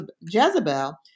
Jezebel